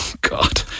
God